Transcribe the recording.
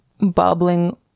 bubbling